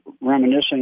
reminiscing